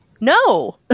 no